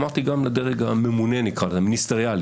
אמרתי גם לדרג הממונה, המיניסטריאלי